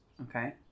Okay